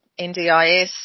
NDIS